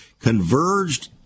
converged